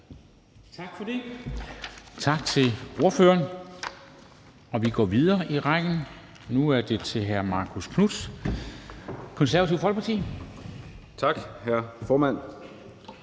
Tak for det, tak til ordføreren. Vi går nu videre i rækken, og det er til hr. Marcus Knuth, Det Konservative Folkeparti. Kl. 14:17